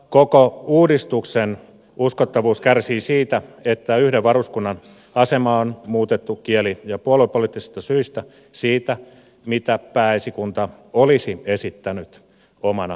koko uudistuksen uskottavuus kärsii siitä että yhden varuskunnan asema on muutettu kieli ja puoluepoliittisista syistä siitä mitä pääesikunta olisi esittänyt omana pohjaesityksenään